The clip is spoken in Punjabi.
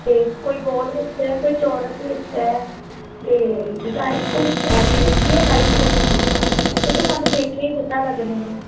ਅਤੇ ਕੋਈ ਗੋਲ ਵਿੱਚ ਹੈ ਕੋਈ ਚੋਰਸ ਵਿੱਚ ਹੈ ਅਤੇ ਡਿਜ਼ਾਇਨ ਕੋਈ ਹੈਵੀ ਵਿੱਚ ਵੀ ਹੈ ਲਾਈਟ ਵਿੱਚ ਵੀ ਹੈ ਇਹ ਤਾਂ ਤੁਹਾਨੂੰ ਦੇਖਿਆਂ ਹੀ ਪਤਾ ਲੱਗਣੇ ਨੇ